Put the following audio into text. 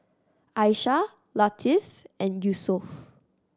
Aishah Latif and Yusuf